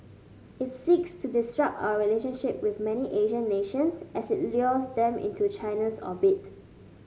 it seeks to disrupt our relationships with many Asian nations as it lures them into China's orbit